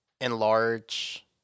enlarge